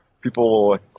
People